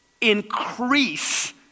increase